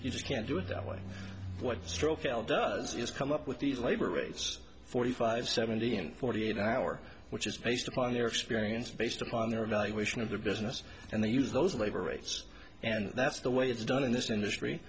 you just can't do it that way what stroke l does is come up with these labor rates forty five seventy and forty eight hour which is based upon their experience based upon their evaluation of the business and they use those labor rates and that's the way it's done in this industry